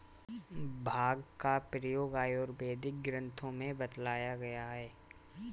भाँग का प्रयोग आयुर्वेदिक ग्रन्थों में बतलाया गया है